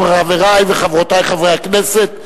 חברי וחברותי חברי הכנסת,